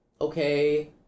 okay